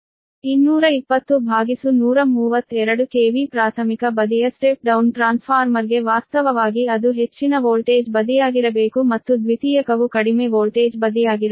220132 kv ಪ್ರಾಥಮಿಕ ಬದಿಯ step down ಟ್ರಾನ್ಸ್ಫಾರ್ಮರ್ಗೆ ವಾಸ್ತವವಾಗಿ ಅದು ಹೆಚ್ಚಿನ ವೋಲ್ಟೇಜ್ ಬದಿಯಾಗಿರಬೇಕು ಮತ್ತು ದ್ವಿತೀಯಕವು ಕಡಿಮೆ ವೋಲ್ಟೇಜ್ ಬದಿಯಾಗಿರಬೇಕು